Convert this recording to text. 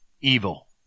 evil